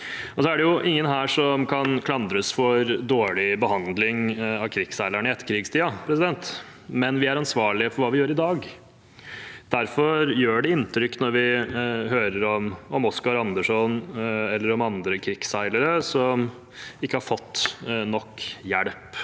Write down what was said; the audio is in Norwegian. Det er ingen her som kan klandres for dårlig behandling av krigsseilerne i etterkrigstiden, men vi er ansvarlig for hva vi gjør i dag. Derfor gjør det inntrykk når vi hører om Oscar Anderson eller om andre krigsseilere som ikke har fått nok hjelp